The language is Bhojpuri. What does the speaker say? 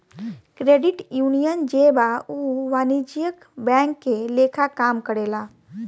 क्रेडिट यूनियन जे बा उ वाणिज्यिक बैंक के लेखा काम करेला